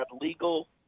legal